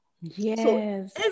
Yes